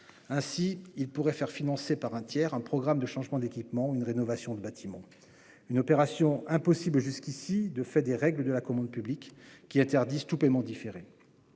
Ainsi, ils pourraient faire financer par un tiers un programme de changement d'équipement ou une rénovation de bâtiment. L'opération était jusqu'à présent impossible du fait des règles de la commande publique, qui interdisent tout paiement différé.